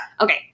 Okay